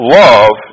love